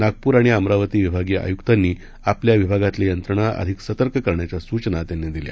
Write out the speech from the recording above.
नागपूरआणिअमरावतीविभागीयआयुक्तांनीआपल्याविभागातल्यायंत्रणाअधिकसतर्ककरण्याच्यासूचनात्यांनीदिल्या